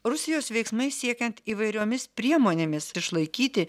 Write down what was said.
rusijos veiksmai siekiant įvairiomis priemonėmis išlaikyti